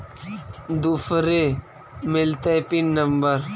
दुसरे मिलतै pin number?